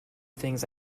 things